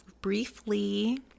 briefly